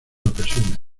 ocasiones